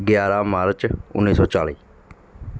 ਗਿਆਰਾਂ ਮਾਰਚ ਉੱਨੀ ਸੌ ਚਾਲੀ